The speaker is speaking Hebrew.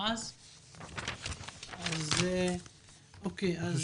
לא.